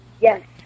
Yes